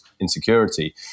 insecurity